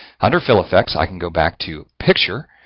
under fill effects i can go back to picture,